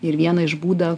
ir vieną iš būdą